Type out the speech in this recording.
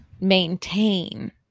maintain